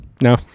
no